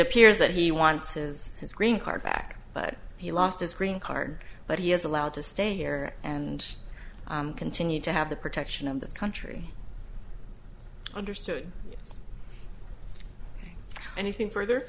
appears that he wants his his green card back but he lost his green card but he is allowed to stay here and continue to have the protection of this country understood anything further